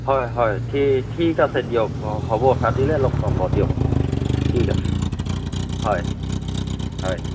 হয় হয় ঠিক ঠিক আছে দিয়ক হ'ব ৰাতিলৈ লগ পাম বাৰু দিয়ক ঠিক আছে হয় হয়